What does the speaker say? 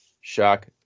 Shock